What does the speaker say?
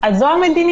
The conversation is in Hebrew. אז זו המדיניות,